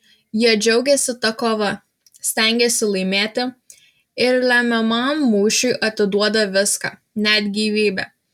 jie džiaugiasi ta kova stengiasi laimėti ir lemiamam mūšiui atiduoda viską net gyvybę